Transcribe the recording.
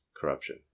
corruption